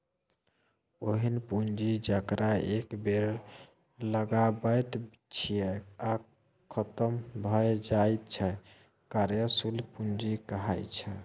ओहेन पुंजी जकरा एक बेर लगाबैत छियै आ खतम भए जाइत छै कार्यशील पूंजी कहाइ छै